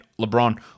LeBron